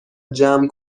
جمع